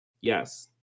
Yes